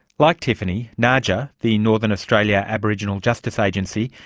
like tiffany, naaja, the northern australia aboriginal justice agency,